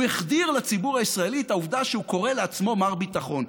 הוא החדיר לציבור את הישראלי את העובדה שהוא קורא לעצמו "מר ביטחון".